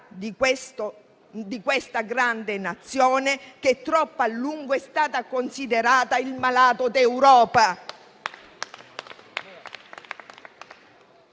di questa grande Nazione, che troppo a lungo è stata considerata il malato d'Europa.